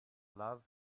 love